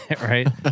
right